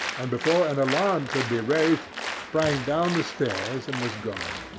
and before an alarm could be raised sprang down the stairs and was gone.